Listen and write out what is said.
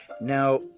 Now